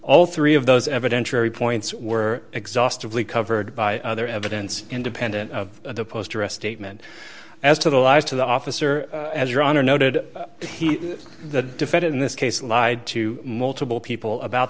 all three of those evidentiary points were exhaustive lee covered by other evidence independent of the post arrest statement as to the lies to the officer as your honor noted the defendant in this case lied to multiple people about